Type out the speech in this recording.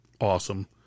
awesome